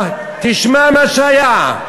תשמע מה שהיה.